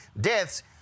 deaths